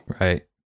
Right